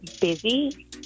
busy